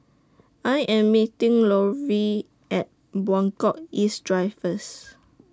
I Am meeting Lovey At Buangkok East Drive First